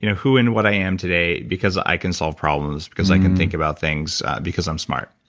you know who and what i am today because i can solve problems because i can think about things because i'm smart.